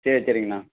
சரி சரிங்கண்ணா